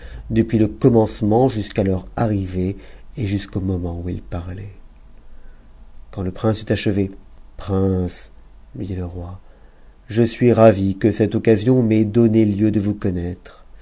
depuis ie'commencement jusqu'à leur arrivée et jusqu'au moment où il lui parlait quand le prince eut achevé prince lui dit le roi je suis ravi que cette occasion m'ait donné lieu de vous connaître